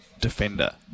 defender